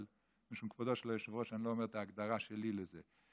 אבל בשל כבודו של היושב-ראש אני לא אומר את ההגדרה שלי לזה.